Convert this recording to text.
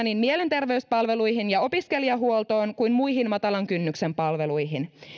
niin mielenterveyspalveluihin ja opiskelijahuoltoon kuin muihin matalan kynnyksen palveluihin